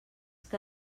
que